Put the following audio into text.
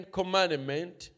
commandment